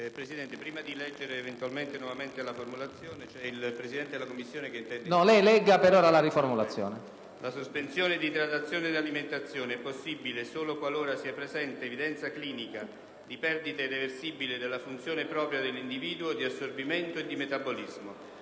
Presidente, prima di leggere nuovamente la formulazione, il presidente della Commissione intende... PRESIDENTE. No, lei legga per ora la riformulazione. CALABRO', *relatore*. «La sospensione di idratazione ed alimentazione è possibile solo qualora sia presente evidenza clinica di perdita irreversibile della funzione propria dell'individuo di assorbimento e di metabolismo.